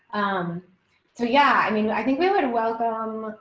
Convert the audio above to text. um so yeah i mean i think we would welcome